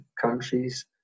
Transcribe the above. countries